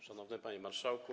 Szanowny Panie Marszałku!